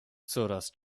coraz